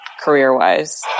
career-wise